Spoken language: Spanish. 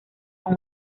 con